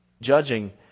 judging